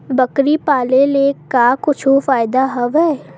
बकरी पाले ले का कुछु फ़ायदा हवय?